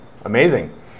Amazing